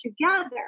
together